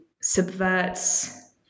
subverts